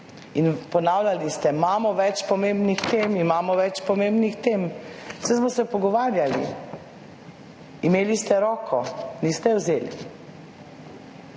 In ponavljali ste, imamo več pomembnih tem, imamo več pomembnih tem – saj smo se pogovarjali, imeli ste roko, niste je vzeli.